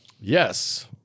Yes